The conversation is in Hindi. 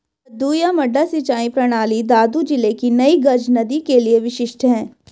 मद्दू या मड्डा सिंचाई प्रणाली दादू जिले की नई गज नदी के लिए विशिष्ट है